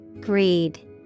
Greed